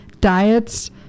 diets